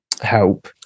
help